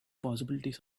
possibilities